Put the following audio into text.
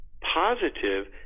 positive